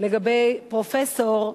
לגבי פרופסור,